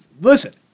Listen